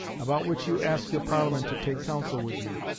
about which you ask your parliament to take counsel with you.